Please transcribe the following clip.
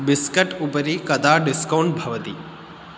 biscuit उपरि कदा discount भवति